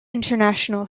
international